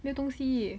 没有东西